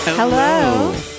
Hello